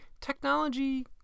Technology